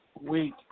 week